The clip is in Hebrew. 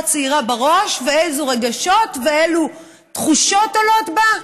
צעירה בראש ואילו רגשות ואילו תחושות עולות בה,